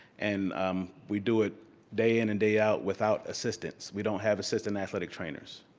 and um we do it day in and day out without assistants. we don't have assistant athletic trainers.